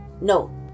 no